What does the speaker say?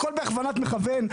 הכול בהכוונת מכוון.